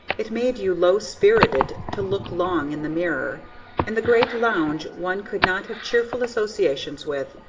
it made you low-spirited to look long in the mirror and the great lounge one could not have cheerful associations with,